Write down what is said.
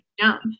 jump